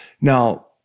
Now